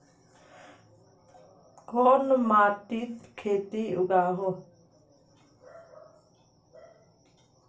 कोन माटित खेती उगोहो?